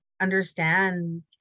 understand